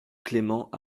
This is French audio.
clément